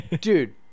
dude